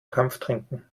kampftrinken